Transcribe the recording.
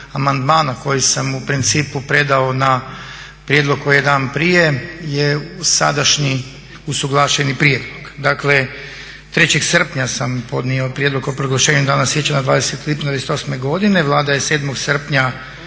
koji sam u principu predao na prijedlog koji dan prije je sadašnji usuglašeni prijedlog. Dakle, 3.srpnja sam podnio Prijedlog o proglašenju Dana sjećanja 20.lipnja 1928.godine. Vlada je 7.srpnja